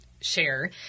share